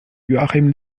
joachim